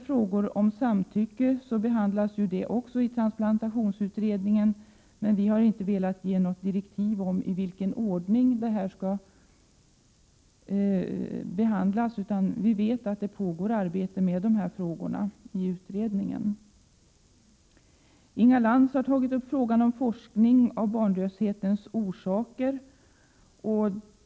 Frågan om samtycke behandlas också av transplantationsutredningen. Vi har inte velat ge något direktiv om i vilken ordning frågorna skall behandlas. Men vi vet att arbete pågår med dessa frågor i utredningen. Inga Lantz har tagit upp frågan om forskning beträffande barnlöshetens orsaker.